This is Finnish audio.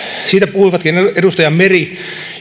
siitä puhuivatkin edustaja meri